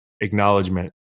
Acknowledgement